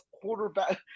quarterback –